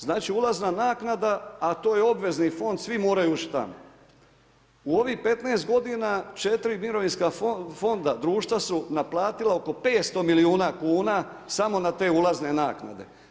Znači ulazna naknada, a to je obvezni fond, svi moraju … U ovih 15 g. 4 mirovinska fonda, društva su naplatila oko 500 milijuna kuna, samo na te ulazne naknade.